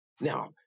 Now